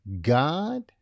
God